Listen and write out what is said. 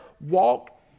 walk